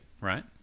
right